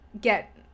get